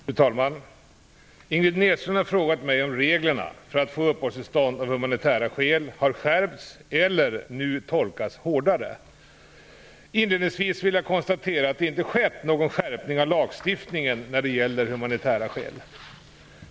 Fru talman! Ingrid Näslund har frågat mig om reglerna för att få uppehållstillstånd av humanitära skäl har skärpts eller nu tolkas hårdare. Inledningsvis vill jag konstatera att det inte skett någon skärpning av lagstiftningen när det gäller humanitära skäl.